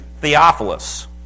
Theophilus